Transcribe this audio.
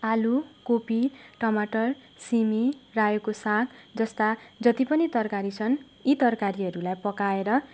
आलु कोपी टमाटर सिमी रायोको साग जस्ता जति पनि तरकारी छन् यी तरकारीहरूलाई पकाएर